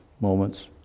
moments